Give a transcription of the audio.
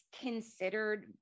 considered